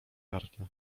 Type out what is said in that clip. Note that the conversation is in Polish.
gardle